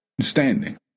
standing